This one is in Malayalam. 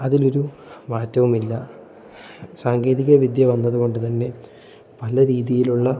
അതിൽ ഒരു മാറ്റവുമില്ല സാങ്കേതിക വിദ്യ വന്നത് കൊണ്ട് തന്നെ പല രീതിയിലുള്ള